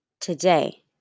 today